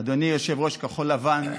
אדוני יושב-ראש כחול לבן,